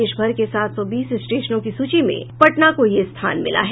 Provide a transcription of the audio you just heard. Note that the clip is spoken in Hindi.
देश भर के सात सौ बीस स्टेशनों की सूची में पटना को यह स्थान मिला है